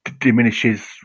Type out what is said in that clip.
diminishes